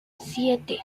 siete